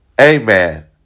amen